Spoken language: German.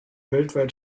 weltweit